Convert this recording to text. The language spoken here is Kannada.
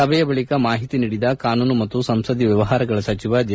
ಸಭೆ ಬಳಿಕ ಮಾಹಿತಿ ನೀಡಿದ ಕಾನೂನು ಮತ್ತು ಸಂಸದೀಯ ವ್ಯವಹಾರಗಳ ಸಚಿವ ಜೆ